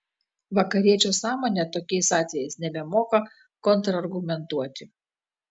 vakariečio sąmonė tokiais atvejais nebemoka kontrargumentuoti